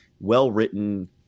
well-written